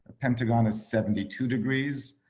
pentagon is seventy two degrees.